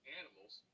animals